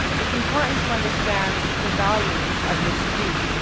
it's important to understand the value of this feat.